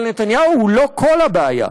אבל נתניהו הוא לא כל הבעיה,